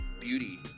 beauty